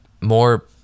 More